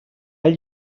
ell